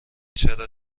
چرا